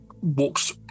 walks